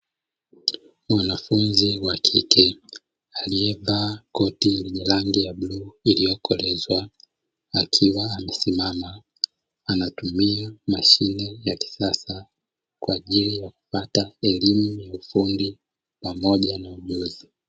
Mwanafunzi wa kike aliyevaa koti lenye rangi ya bluu iliyokolezwa, akiwa amesimama, anatumia mashine ya kisasa, kwa ajili ya kupata elimu ya ufundi pamoja na ujuzi.